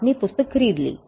आपने पुस्तक खरीद ली